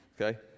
okay